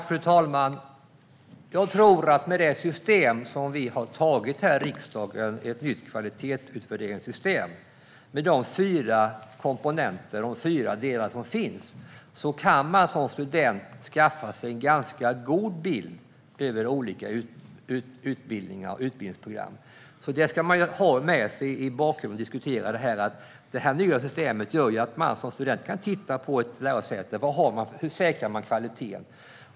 Fru talman! I och med det system som vi har fattat beslut om här i riksdagen - ett nytt kvalitetsutvärderingssystem - och de fyra komponenter som finns där tror jag att man som student kan skaffa sig en ganska god bild över olika utbildningar och utbildningsprogram. Det ska man ha i bakhuvudet när man diskuterar detta: Det nya systemet gör att man som student kan titta på ett lärosäte och undersöka hur man säkrar kvaliteten.